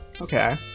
Okay